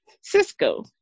Cisco